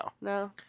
No